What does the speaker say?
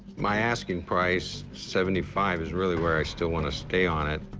my asking price, seventy five, is really where i still want to stay on it.